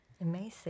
amazing